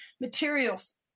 materials